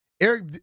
Eric